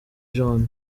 john